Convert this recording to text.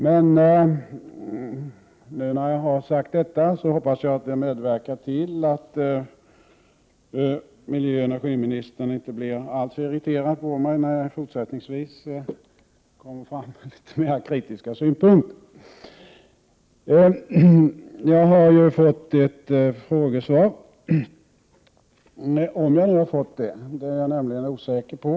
Sedan jag har sagt detta, hoppas jag att det medverkar till att miljöoch energiministern inte blir alltför irriterad på mig, när jag fortsättningsvis kommer fram med litet mera kritiska synpunkter. Jag har fått ett frågesvar, om jag nu har fått det. Det är jag nämligen osäker på.